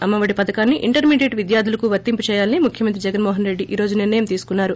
అమ్మఒడి పథకాన్ని ఇంటర్మీడియట్ విద్యార్థులకూ వర్తింపు చేయాలని ముఖ్యమంత్రి జగన్ మోహన్ రెడ్డి ఈ రోజు నిర్ణయం తీసుకున్నారు